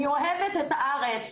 אני אוהבת את הארץ,